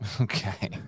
Okay